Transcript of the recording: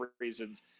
reasons